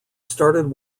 started